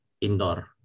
indoor